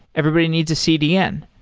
everybody needs a cdn.